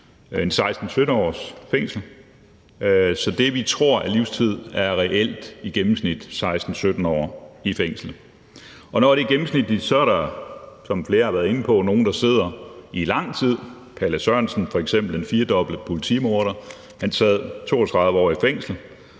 16-17 års fængsel, så det, vi tror er livstid, er reelt i gennemsnit 16-17 år i fængsel. Og når det er gennemsnittet, så er der, hvad flere har været inde på, nogle, der sidder i lang tid, Palle Sørensen f.eks., den firedobbelte politimorder. Han sad 32 år i fængslet,